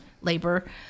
labor